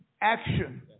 action